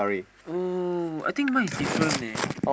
oh I think my is different leh